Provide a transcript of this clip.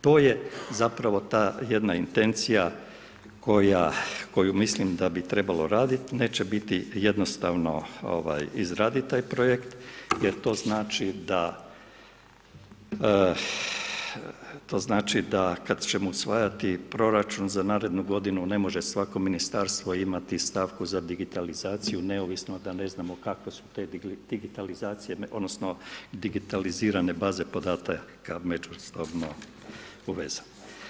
To je zapravo ta jedna intencija koju mislim da bi trebalo raditi neće biti jednostavno izraditi taj projekt, jer to znači da kad ćemo usvajati proračun za narednu godinu ne može svako ministarstvo imati stavku za digitalizaciju neovisno da ne znamo kakve su te digitalizacije, odnosno digitalizirane baze podataka međusobno povezane.